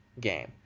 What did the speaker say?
game